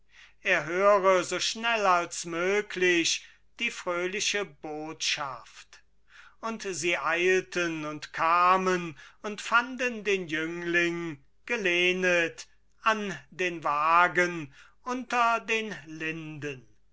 er höre so schnell als möglich die fröhliche botschaft und sie eilten und kamen und fanden den jüngling gelehnet an den wagen unter den linden